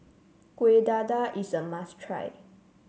Kueh Dadar is a must try